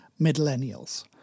millennials